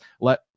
let